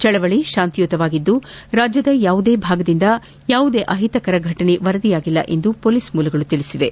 ಚಳವಳಿ ತಾಂತಿಯುತವಾಗಿದ್ದು ರಾಜ್ಯದ ಯಾವುದೇ ಭಾಗದಿಂದ ಯಾವುದೇ ಅಹಿತಕರ ಘಟನೆ ವರದಿಯಾಗಿಲ್ಲ ಎಂದು ಪೊಲೀಸ್ ಮೂಲಗಳು ತಿಳಿಸಿವೆ